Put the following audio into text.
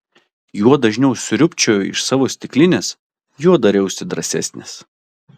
juo dažniau sriubčiojau iš savo stiklinės juo dariausi drąsesnis